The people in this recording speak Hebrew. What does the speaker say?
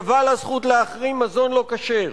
שווה לזכות להחרים מזון לא-כשר.